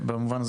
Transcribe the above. במובן הזה,